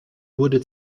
wurde